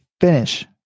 finish